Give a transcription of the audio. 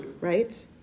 right